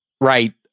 Right